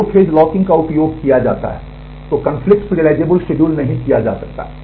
तो दो phase locking का उपयोग किया जाता है तो कन्फ्लिक्ट सिरिअलाइज़ेबल शेड्यूल नहीं किया जा सकता है